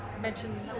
mention